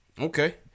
Okay